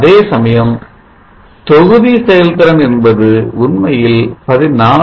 அதேசமயம் தொகுதி செயல்திறன் என்பது உண்மையில் 14